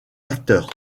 acteur